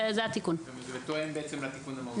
זה בעצם תואם לתיקון המהותי.